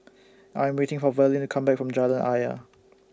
I Am waiting For Verlin to Come Back from Jalan Ayer